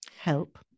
Help